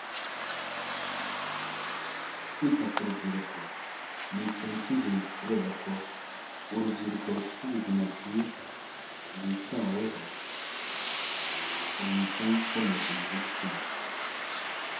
Kwita ku rubyiruko, ni ikintu cy'ingenzi kubera ko, urubyiruko rufite ubuzima bwiza, rwitaweho, biha umusanzu ukomeye ku gihugu cyacu.